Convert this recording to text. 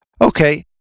Okay